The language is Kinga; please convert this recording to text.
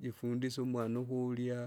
jifundise umwana ukurya.